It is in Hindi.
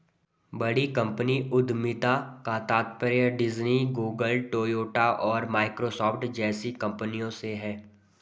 बड़ी कंपनी उद्यमिता का तात्पर्य डिज्नी, गूगल, टोयोटा और माइक्रोसॉफ्ट जैसी कंपनियों से है